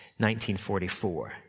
1944